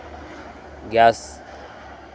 gas